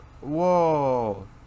Whoa